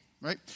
Right